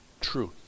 truth